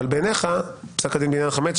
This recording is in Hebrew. בעיניך פסק הדין בעניין החמץ,